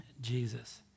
Jesus